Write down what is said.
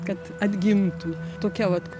kad atgimtų tokia vat